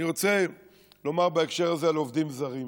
אני רוצה לדבר בהקשר הזה על עובדים זרים.